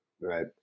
Right